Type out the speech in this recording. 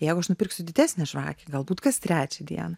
jeigu aš nupirksiu didesnę žvakę galbūt kas trečią dieną